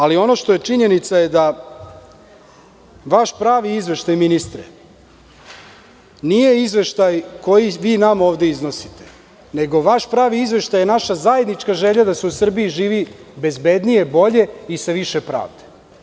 Ali, činjenica je da, vaš pravi izveštaj ministre, nije izveštaj koji vi nama ovde iznosite, nego vaš pravi izveštaj je naša zajednička želja da se u Srbiji živi bezbednije, bolje i sa više pravde.